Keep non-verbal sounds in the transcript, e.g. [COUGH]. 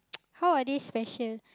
[NOISE] how are they special